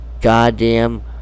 goddamn